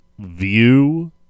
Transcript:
view